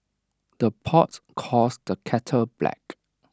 the pot calls the kettle black